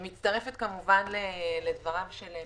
אני מצטרפת לדבריו של פרופ'